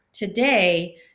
Today